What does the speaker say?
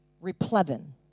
replevin